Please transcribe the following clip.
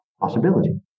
possibility